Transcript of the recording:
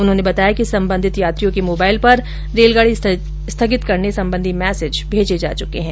उन्होंने बताया कि संबंधित यात्रियों के मोबाईल पर रेलगाडी स्थगित करने संबंधी मैसेज भेजे जा चुके हैं